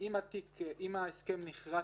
אם ההסכם נכרת